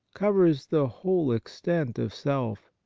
covers the whole extent of self.